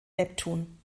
neptun